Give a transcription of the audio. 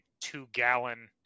two-gallon